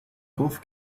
golf